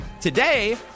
Today